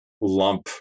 lump